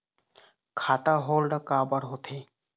खाता होल्ड काबर होथे?